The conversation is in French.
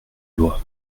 loi